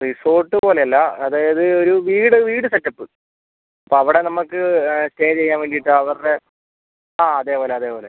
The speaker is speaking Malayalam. റിസോർട്ട് പോലെ അല്ല അതായത് ഒരു വീട് വീട് സെറ്റപ്പ് അപ്പോൾ അവിടെ നമുക്ക് സ്റ്റേ ചെയ്യാൻ വേണ്ടിയിട്ട് അവരുടെ ആ അതേപോലെ അതേപോലെ